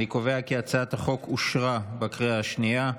אני קובע כי הצעת החוק אושרה בקריאה השנייה.